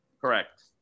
Correct